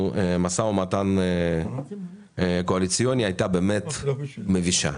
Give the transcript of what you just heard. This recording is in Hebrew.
משא ומתן קואליציוני הייתה באמת מבישה.